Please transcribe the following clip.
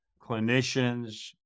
clinicians